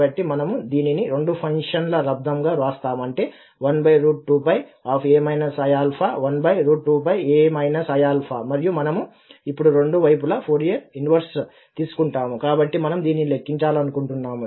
కాబట్టి మనము దీనిని రెండు ఫంక్షన్ల లబ్దము గా వ్రాస్తాము అంటే 12a iα12a iα మరియు మనము ఇప్పుడు రెండు వైపులా ఫోరియర్ ఇన్వెర్స్ తీసుకుంటాము కాబట్టి మనము దీనిని లెక్కించాలనుకుంటున్నాము